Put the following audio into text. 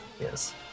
Yes